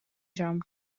jump